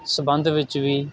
ਸੰਬੰਧ ਵਿੱਚ ਵੀ